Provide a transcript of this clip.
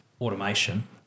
automation